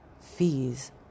fees